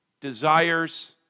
desires